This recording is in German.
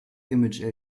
image